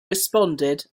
responded